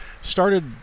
started